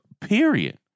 period